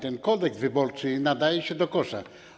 Ten Kodeks wyborczy nadaje się do kosza.